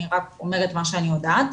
אני אומרת רק מה שאני יודעת.